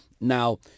Now